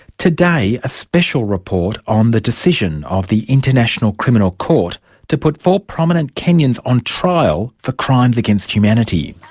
today a special report on the decision of the international criminal court to put four prominent kenyans on trial for crimes against humanity.